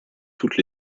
toutes